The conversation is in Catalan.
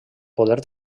poder